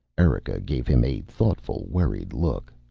erika gave him a thoughtful, worried look.